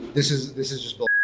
this is this is just bull.